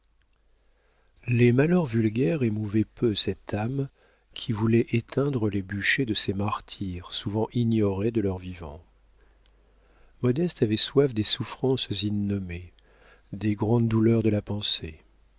les malheurs vulgaires émouvaient peu cette âme qui voulait éteindre les bûchers de ces martyrs souvent ignorés de leur vivant modeste avait soif des souffrances innommées des grandes douleurs de la pensée